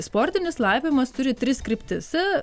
sportinis laipiojimas turi tris kryptis